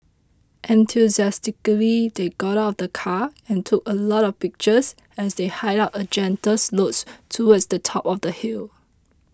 enthusiastically they got out of the car and took a lot of pictures as they hiked up a gentle slopes towards the top of the hill